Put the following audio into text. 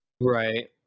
Right